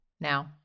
now